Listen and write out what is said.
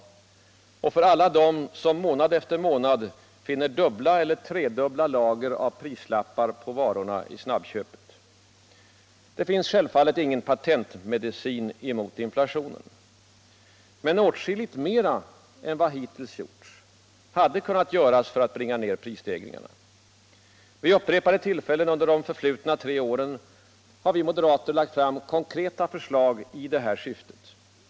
För alla dem som månad efter månad finner dubbla eller tredubbla lager av prislappar på varorna i snabbköpet. Det finns självfallet ingen patentmedicin mot inflationen. Men åtskilligt mer än vad hittills gjorts hade kunnat göras för att bringa ned prisstegringarna. Vid upprepade tillfällen under de förflutna tre åren har vi moderater lagt fram konkreta förslag i detta syfte.